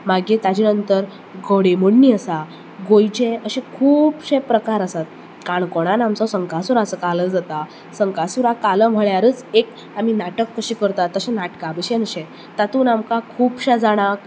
मागीर ताज्या नंतर घोडेमोडणी आसा गोंयचें अशें खूबशें प्रकार आसात काणकोणांत आमचो संकासूराचो कालो जाता संकासूरा कालो म्हळ्यारूच एक आमी नाटक कशें करता तशें नाटका भशेन शें तातूंत आमकां खूबशां जाणांक